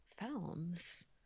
films